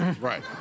Right